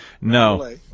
No